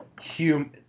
human